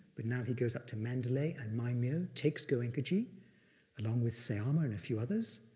but now he goes up to mandalay and myinmu, takes goenkaji along with sayama and a few others,